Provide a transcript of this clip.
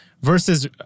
versus